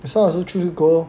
as long as you choose you go